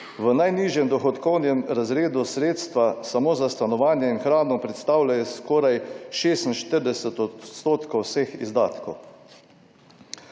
V najnižjem dohodkovnem razredu sredstva samo za stanovanje in hrano predstavljajo skoraj 46 odstotkov vseh izdatkov.